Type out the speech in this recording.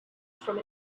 from